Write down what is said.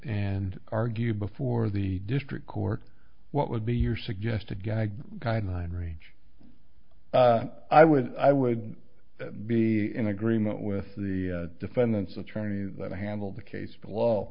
and argued before the district court what would be your suggested gag guideline range i would i would be in agreement with the defendant's attorney that i handle the case below